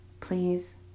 please